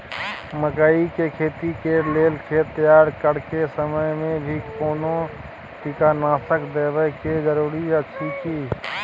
मकई के खेती कैर लेल खेत तैयार करैक समय मे भी कोनो कीटनासक देबै के जरूरी अछि की?